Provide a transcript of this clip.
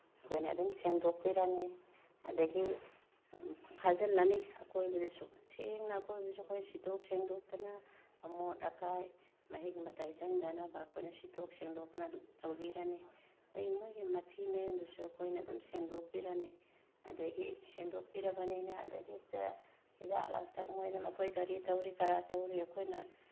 ꯑꯩꯈꯣꯏꯅ ꯑꯗꯨꯝ ꯁꯦꯡꯗꯣꯛꯄꯤꯔꯅꯤ ꯑꯗꯨꯗꯒꯤ ꯈꯥꯖꯤꯟꯂꯅꯤ ꯑꯀꯣꯏꯕꯗꯨꯁꯨ ꯁꯦꯡꯅ ꯑꯀꯣꯏꯕꯁꯨ ꯑꯩꯈꯣꯏꯅ ꯁꯤꯠꯇꯣꯛ ꯁꯦꯡꯗꯣꯛꯇꯅ ꯑꯃꯣꯠ ꯑꯀꯥꯏ ꯃꯍꯤꯛ ꯃꯇꯥꯏ ꯆꯪꯗꯅꯕ ꯑꯩꯈꯣꯏꯅ ꯁꯤꯠꯇꯣꯛ ꯁꯦꯡꯗꯣꯛꯇꯅ ꯇꯧꯕꯤꯔꯅꯤ ꯑꯗꯨꯗꯩ ꯃꯣꯏꯒꯤ ꯃꯊꯤ ꯃꯌꯨꯡꯗꯨꯁꯨ ꯑꯩꯈꯣꯏꯅ ꯑꯗꯨꯝ ꯁꯦꯡꯗꯣꯛꯄꯤꯔꯅꯤ ꯑꯗꯨꯗꯒꯤ ꯁꯦꯡꯗꯣꯛꯄꯤꯔꯕꯅꯤꯅ ꯑꯗꯨꯗꯒꯤ ꯍꯤꯗꯥꯛ ꯂꯥꯡꯊꯛ ꯃꯣꯏꯅ ꯃꯈꯣꯏ ꯀꯔꯤ ꯇꯧꯔꯤ ꯀꯔꯥ ꯇꯧꯔꯤ ꯑꯩꯈꯣꯏꯅ